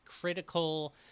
critical